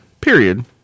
Period